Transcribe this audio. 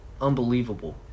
unbelievable